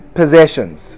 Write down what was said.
possessions